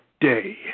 day